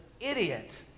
idiot